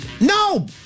No